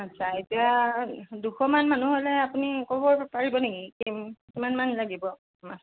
আচ্চা এতিয়া দুশমান মানুহ হ'লে আপুনি ক'ব পাৰিব নেকি কিম কিমান মান লাগিব মাছ